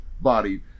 body